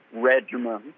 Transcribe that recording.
regimen